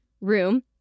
room